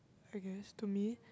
I guess to me